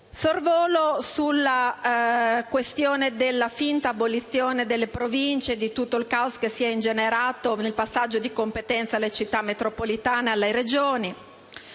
Sorvolo sulla questione della finta abolizione delle Province e su tutto il caos che si è ingenerato nel passaggio di competenze alle Città metropolitane e alle Regioni.